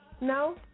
no